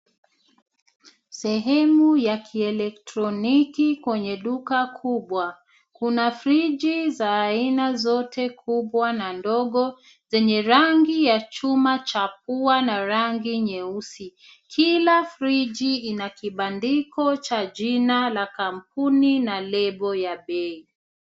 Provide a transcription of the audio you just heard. Sehemu ya kielektroniki kwenye duka kubwa. Kuna friji za aina zote, kubwa na ndogo, zenye rangi ya chuma cha ua na rangi nyeusi. Kila friji ina kibandiko cha jina la kampuni na lebo ya bei.